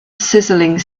sizzling